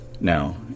Now